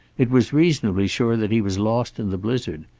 it was reasonably sure that he was lost in the blizzard.